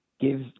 give